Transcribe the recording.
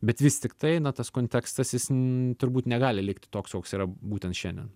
bet vis tiktai na tas kontekstas jis turbūt negali likti toks koks yra būtent šiandien